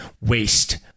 waste